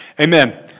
Amen